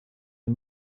the